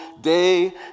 day